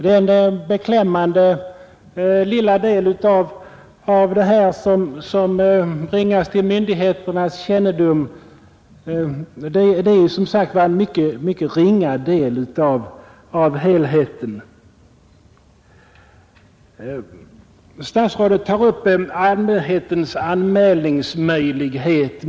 Den beklämmande lilla del som bringas till myndigheternas kännedom är som sagt en mycket ringa del av helheten. Statsrådet tar upp allmänhetens anmälningsmöjlighet.